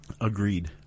Agreed